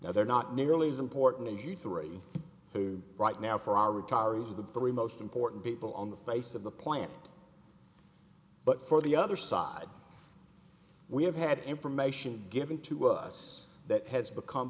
now they're not nearly as important as you three who right now for our retirees are the three most important people on the face of the planet but for the other side we have had information given to us that has become